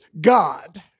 God